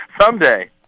Someday